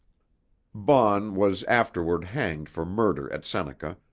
baughn was afterward hanged for murder at seneca,